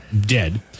dead